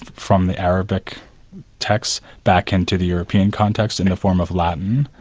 from the arabic text back into the european context in the form of latin.